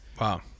Wow